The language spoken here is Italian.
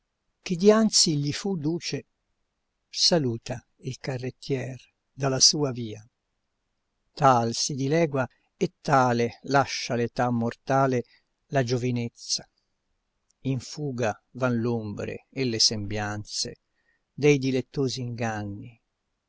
che dianzi gli fu duce saluta il carrettier dalla sua via tal si dilegua e tale lascia l'età mortale la giovinezza in fuga van l'ombre e le sembianze dei dilettosi inganni